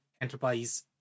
enterprise